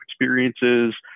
experiences